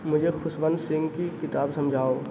مجھے خشونت سنگھ کی کتاب سمجھاؤ